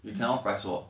you cannot price war